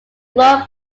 club